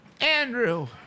Andrew